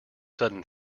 sudden